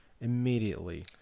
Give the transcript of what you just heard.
immediately